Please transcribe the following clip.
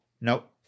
Nope